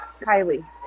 Kylie